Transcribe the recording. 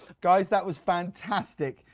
guys, that was fantastic,